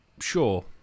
Sure